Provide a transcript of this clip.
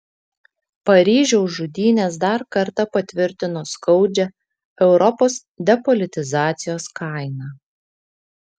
paryžiaus žudynės dar kartą patvirtino skaudžią europos depolitizacijos kainą